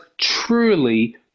truly